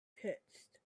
pitched